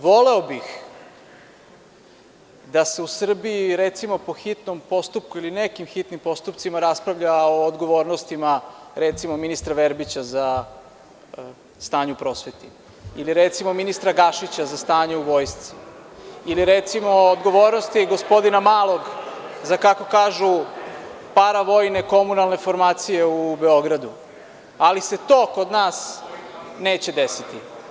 Voleo bih da se u Srbiji, recimo, po hitnom postupku ili nekim hitnim postupcima raspravlja o odgovornostima, recimo, ministra Verbića za stanje u prosveti, ili, recimo, ministra Gašića za stanje u vojsci, ili, recimo, o odgovornosti gospodina Malog za, kako kažu, paravojne komunalne formacije u Beogradu, ali se to kod nas neće desiti.